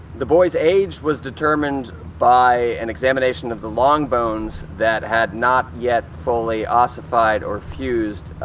the boy's age was determined by an examination of the long bones that had not yet fully ossified, or fused,